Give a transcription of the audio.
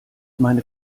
meine